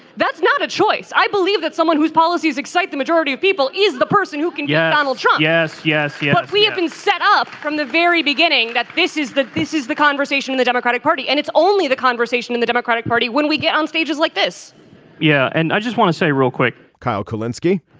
that's not a choice i believe that someone whose policies excite the majority of people is the person who can get donald trump. yes. yes yes. we have been set up from the very beginning that this is that this is the conversation in the democratic party and it's only the conversation in the democratic party when we get on stage just like this yeah. and i just want to say real quick. kyle. kyle linsky.